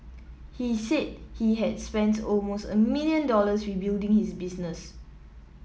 he said he had spent almost a million dollars rebuilding his business